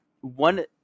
one